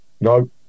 No